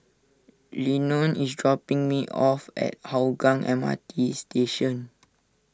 Lenon is dropping me off at Hougang M R T Station